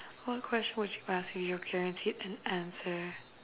what question would you ask if you're guaranteed an answer